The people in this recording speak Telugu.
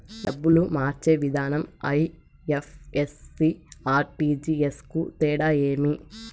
డబ్బులు మార్చే విధానం ఐ.ఎఫ్.ఎస్.సి, ఆర్.టి.జి.ఎస్ కు తేడా ఏమి?